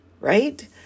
right